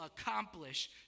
accomplish